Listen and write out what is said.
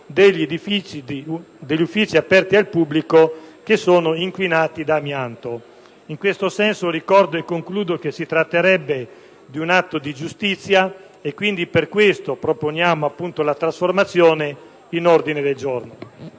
degli uffici aperti al pubblico che sono inquinati da amianto. Ricordo, e concludo, che si tratterebbe di un atto di giustizia e per questo proponiamo la trasformazione anche di questo